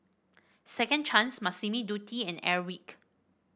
Second Chance Massimo Dutti and Airwick